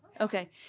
okay